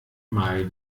mal